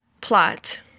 Plot